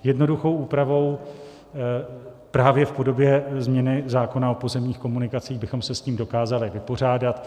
Jednoduchou úpravou právě v podobě změny zákona o pozemních komunikacích bychom se s tím dokázali vypořádat.